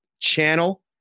channel